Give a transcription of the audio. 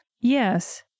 Yes